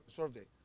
survey